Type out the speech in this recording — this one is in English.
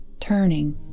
Turning